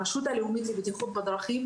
הרשות הלאומית לבטיחות בדרכים,